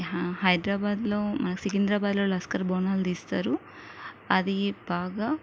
హైదరాబాదు లో మన సికంద్రాబాదులో లస్కర్ బోనాలు తీస్తారు అది బాగా